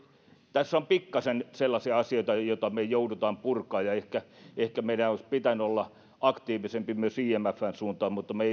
tässä on pikkaisen nyt sellaisia asioita joita me joudumme purkamaan ja ehkä ehkä meidän olisi pitänyt olla aktiivisempia myös imfn suuntaan mutta me